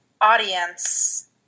audience